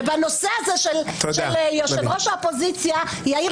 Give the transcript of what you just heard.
ובנושא הזה של יושב-ראש האופוזיציה יאיר